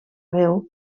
veu